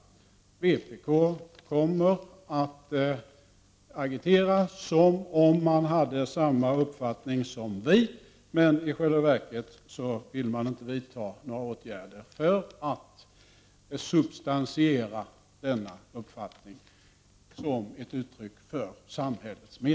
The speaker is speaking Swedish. Ni kommunister kommer att agitera som om ni hade samma uppfattning som vi, men i själva verket vill ni inte vidta några åtgärder för att substantiera denna uppfattning som ett uttryck för samhällets mening.